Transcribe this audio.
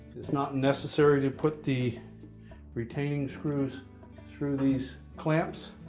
it's not necessary to put the retaining screws through these clamps,